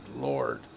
Lord